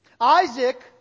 Isaac